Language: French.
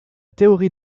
théorie